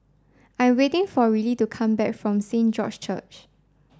I'm waiting for Rillie to come back from Saint George's Church